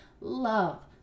love